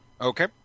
Okay